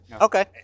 Okay